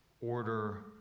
order